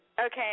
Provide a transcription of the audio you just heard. Okay